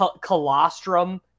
colostrum